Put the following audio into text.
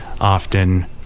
often